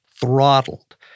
throttled